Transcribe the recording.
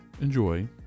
enjoy